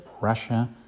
Russia